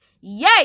Yay